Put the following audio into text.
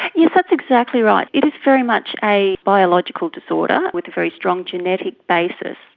yes, that's exactly right. it is very much a biological disorder with a very strong genetic basis.